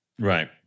Right